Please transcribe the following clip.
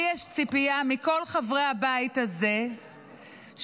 לי יש ציפייה מכל חברי הבית הזה שנבין